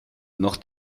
noch